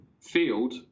field